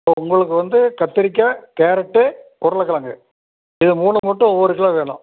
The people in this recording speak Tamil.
இப்போது உங்களுக்கு வந்து கத்திரிக்காய் கேரட்டு உருளைக்கெழங்கு இது மூணு மட்டும் ஒவ்வொரு கிலோ வேணும்